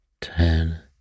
ten